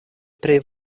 pri